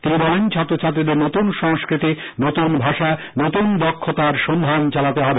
তিনি বলেন ছাত্রছাত্রীদের নতুন সংস্কৃতি নতুন ভাষা নতুন দক্ষতার সন্ধান চালাতে হবে